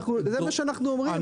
אבל זה מה שאנחנו אומרים,